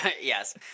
Yes